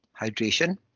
hydration